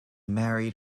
married